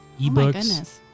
eBooks